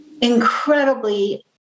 incredibly